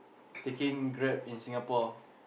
taking Grab in Singapore